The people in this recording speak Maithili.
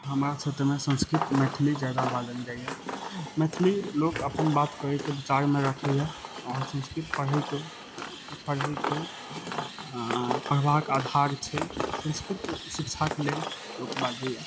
हमरा क्षेत्रमे संस्कृत मैथिली जादा बाजल जाइया मैथिली लोक अपन बात करैके विचारमे रखैया आओर संस्कृत पढ़ैके पढ़ैके पढ़बाक आधार छै संस्कृत शिक्षाके लेल लोक बाजैया